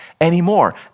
anymore